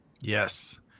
Yes